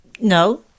no